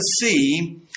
see